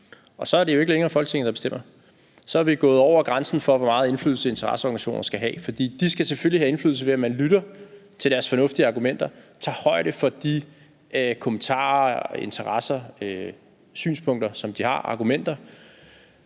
Så er det jo ikke længere Folketinget, der bestemmer. Så er vi gået over grænsen for, hvor meget indflydelse interesseorganisationer skal have. De skal selvfølgelig have indflydelse, ved at man lytter til deres fornuftige argumenter, tager højde for de kommentarer, interesser, synspunkter og argumenter,